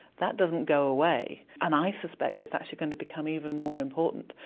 that doesn't go away, and i suspect it's actually going to become even more important.